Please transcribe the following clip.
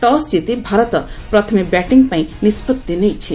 toss ଜିତି ଭାରତ ପ୍ରଥମେ batting ପାଇଁ ନିଷ୍ପଭି ନେଇଛି